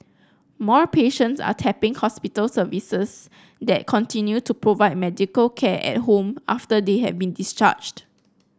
more patients are tapping hospital services that continue to provide medical care at home after they have been discharged